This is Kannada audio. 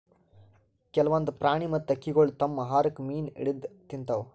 ಕೆಲ್ವನ್ದ್ ಪ್ರಾಣಿ ಮತ್ತ್ ಹಕ್ಕಿಗೊಳ್ ತಮ್ಮ್ ಆಹಾರಕ್ಕ್ ಮೀನ್ ಹಿಡದ್ದ್ ತಿಂತಾವ್